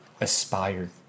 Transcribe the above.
aspired